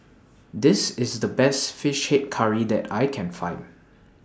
This IS The Best Fish Head Curry that I Can Find